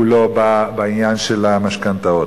מעולו בעניין של המשכנתאות.